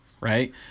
right